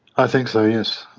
i think so, yes,